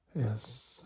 Yes